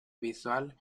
visual